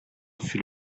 fut